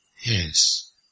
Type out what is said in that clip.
Yes